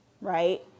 right